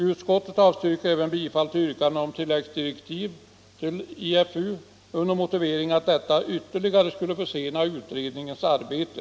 Utskottet avstyrker även bifall till yrkandena om tilläggsdirektiv till UFU under motivering att detta ytterligare skulle försena utredningens arbete.